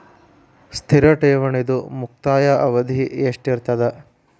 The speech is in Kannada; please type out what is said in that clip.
ಸ್ಥಿರ ಠೇವಣಿದು ಮುಕ್ತಾಯ ಅವಧಿ ಎಷ್ಟಿರತದ?